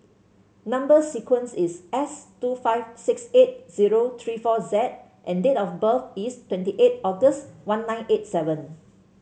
number sequence is S two five six eight zero three four Z and date of birth is twenty eight August one nine eight seven